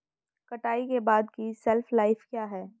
कटाई के बाद की शेल्फ लाइफ क्या है?